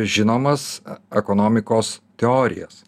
žinomas ekonomikos teorijas